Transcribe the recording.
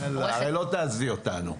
הרי לא תעזבי אותנו.